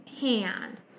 hand